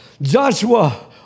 Joshua